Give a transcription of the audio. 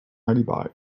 alibi